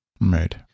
Right